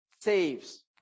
saves